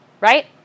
right